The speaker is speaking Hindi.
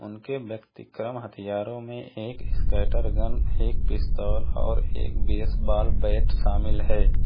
उनके व्यतिक्रम हथियारों में एक स्कैटरगन एक पिस्तौल और एक बेसबॉल बैट शामिल हैं